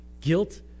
Guilt